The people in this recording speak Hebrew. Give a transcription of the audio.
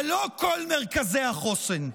אבל לא כל מרכזי החוסן,